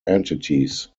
entities